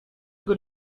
good